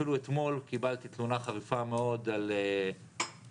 אפילו אתמול קיבלתי תלונה חריפה מאוד על נכה